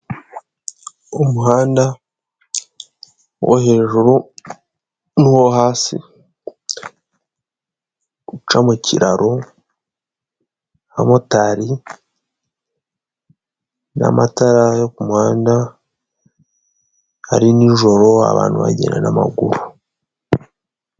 Umuhanda wo hejuru n'uwo hasi uca mu kiraro, abamotari n'amatara yo ku muhanda, ari nijoro abantu bagenda n'amaguru.